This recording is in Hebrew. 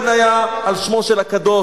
נופי-בניה, על שמו של הקדוש